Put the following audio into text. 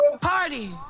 party